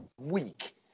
week